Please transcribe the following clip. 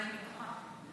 אני בטוחה.